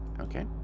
Okay